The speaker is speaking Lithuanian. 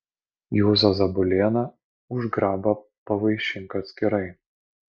juzą zabulėną už grabą pavaišink atskirai